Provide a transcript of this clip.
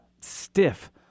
stiff